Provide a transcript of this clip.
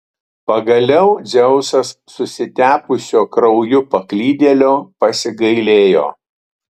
pagaliau dzeusas susitepusio krauju paklydėlio pasigailėjo